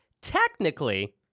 technically